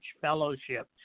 fellowship